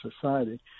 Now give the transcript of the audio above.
society